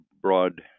broad